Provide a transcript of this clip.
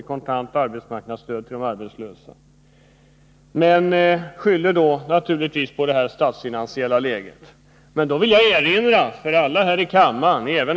i kontant arbetsmarknadsstöd till de arbetslösa, men sedan skyller han naturligtvis på det statsfinansiella läget. Då vill jag erinra alla här i kammaren inkl.